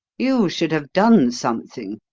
you should have done something.